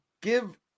give